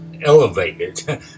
elevated